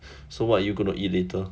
so what are you gonna eat later